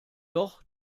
doch